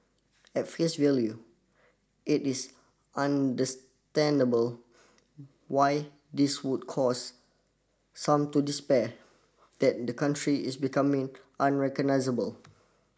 at face value it is understandable why this would cause some to despair that the country is becoming unrecognisable